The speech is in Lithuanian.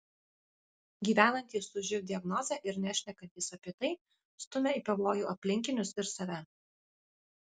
gyvenantys su živ diagnoze ir nešnekantys apie tai stumia į pavojų aplinkinius ir save